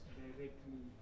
directly